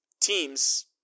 teams